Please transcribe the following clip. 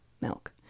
milk